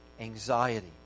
anxiety